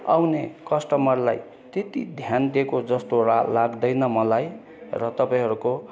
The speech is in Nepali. आउने कस्टमरलाई त्यति ध्यान दिएको जस्तो लाग्दैन मलाई र तपाईँहरूको